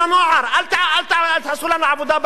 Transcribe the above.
אל תעשו לנו עבודה בעיניים.